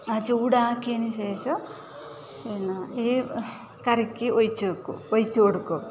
ആ ചൂടാക്കിയതിന് ശേഷം പിന്നെ ഈ കറിക്ക് ഒഴിച്ച് വെക്കും ഒഴിച്ച് കൊടുക്കും